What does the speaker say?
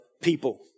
people